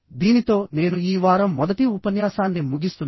దీనితో నేను ఈ వారం మొదటి ఉపన్యాసాన్ని ముగిస్తున్నాను